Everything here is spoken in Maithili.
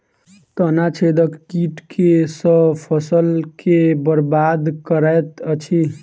तना छेदक कीट केँ सँ फसल केँ बरबाद करैत अछि?